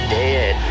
dead